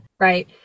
Right